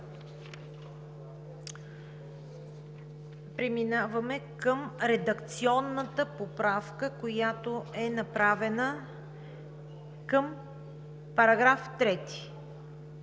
Преминаваме към редакционната поправка, която е направена към редакцията